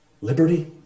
Liberty